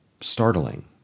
startling